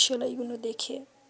সেলাইগুলো দেখে